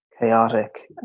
chaotic